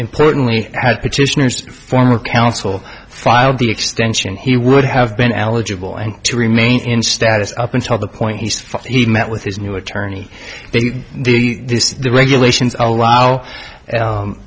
importantly as petitioners former counsel filed the extension he would have been eligible and to remain in status up until the point he said he met with his new attorney the the regulations allow